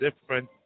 different